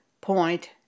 point